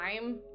time